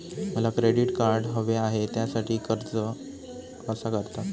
मला credit card हवे आहे त्यासाठी अर्ज कसा करतात?